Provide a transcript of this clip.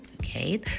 okay